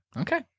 Okay